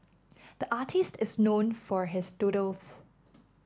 the artist is known for his doodles